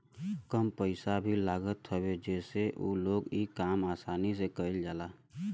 कम पइसा भी लागत हवे जसे उ लोग इ काम आसानी से कईल जाला